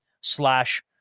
slash